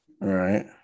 right